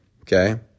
Okay